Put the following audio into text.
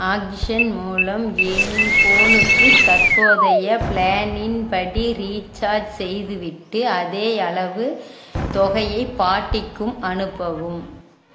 oxygen மூலம் என் போனுக்கு தற்போதைய ப்ளானின் படி ரீச்சார்ஜ் செய்துவிட்டு அதே அளவு தொகையை பாட்டிக்கும் அனுப்பவும்